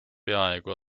peaaegu